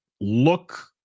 look